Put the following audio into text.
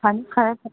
ꯐꯅꯤ ꯐꯔꯦ ꯐꯔꯦ